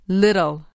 little